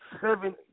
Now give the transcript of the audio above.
seven